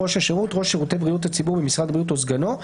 "ראש השירות" ראש שירותי בריאות הציבור במשרד הבריאות או סגנו.